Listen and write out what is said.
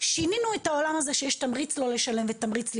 שינינו את העולם הזה שיש תמריץ לא לשלם ותמריץ להתווכח,